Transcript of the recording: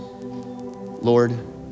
Lord